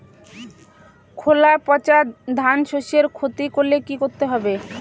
খোলা পচা ধানশস্যের ক্ষতি করলে কি করতে হবে?